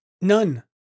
None